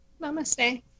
Namaste